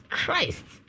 Christ